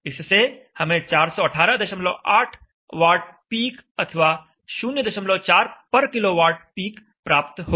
इससे हमें 4188 watt peak अथवा 04 पर किलोवाट पीक प्राप्त होगा